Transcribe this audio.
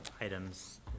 items